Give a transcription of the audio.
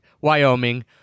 Wyoming